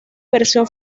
versión